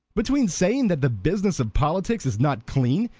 between saying that the business of politics is not clean,